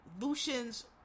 Lucian's